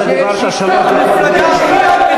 אתה דיברת שלוש דקות,